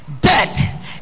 dead